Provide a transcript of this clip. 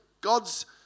God's